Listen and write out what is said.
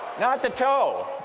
not the toe